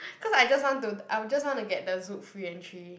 cause I just want to I just want to get the Zouk free entry